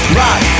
rock